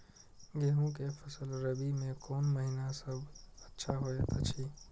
गेहूँ के फसल रबि मे कोन महिना सब अच्छा होयत अछि?